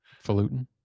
Falutin